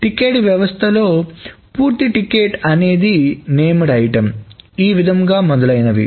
ticket వ్యవస్థలో పూర్తి ticket అనేది నేమ్డ్ ఐటమ్ఈ విధముగా మొదలైనవి